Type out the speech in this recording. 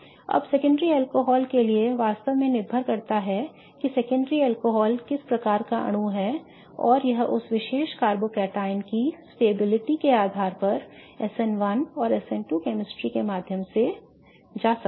अब secondary alcohol के लिए यह वास्तव में निर्भर करता है कि सेकेंडरी अल्कोहल किस प्रकार का अणु है और यह उस विशेष कार्बोकैटायन की स्थिरता के आधार पर SN1 or SN2 chemistry के माध्यम से जा सकता है